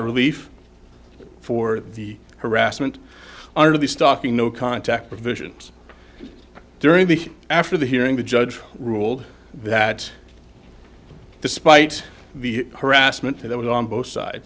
relief for the harassment are the stalking no contact with visions during the after the hearing the judge ruled that despite the harassment that was on both sides